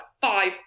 five